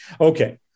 Okay